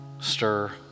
Stir